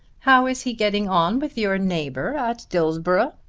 how is he getting on with your neighbour at dillsborough?